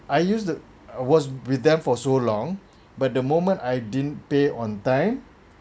I used that was with them for so long but the moment I didn't pay on time